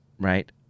right